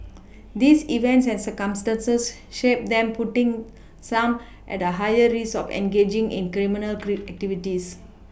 these events and circumstances shape them putting some at a higher risk of engaging in criminal Cree activities